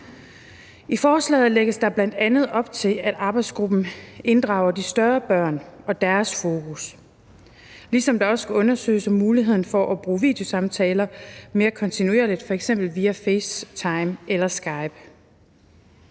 I forslaget lægges der bl.a. op til, at arbejdsgruppen inddrager de større børn og deres fokus, ligesom det også skal undersøges, om der er mulighed for at bruge videosamtaler mere kontinuerligt f.eks. via Facetime eller Skype.